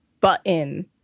button